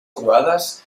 croades